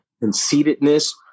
conceitedness